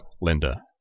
Linda